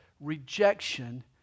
rejection